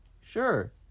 sure